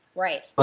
right. but